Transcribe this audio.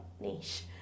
niche